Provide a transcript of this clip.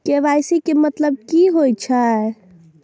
KYC के मतलब की होई छै?